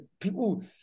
people